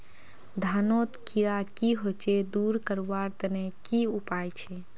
धानोत कीड़ा की होचे दूर करवार तने की उपाय छे?